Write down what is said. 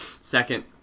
second